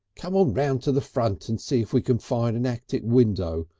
come on round to the front and see if we can find an attic window.